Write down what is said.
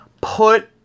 put